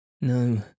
No